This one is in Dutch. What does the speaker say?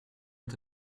met